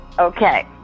Okay